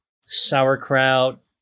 sauerkraut